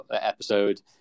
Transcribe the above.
episode